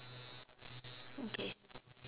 okay